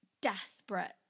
desperate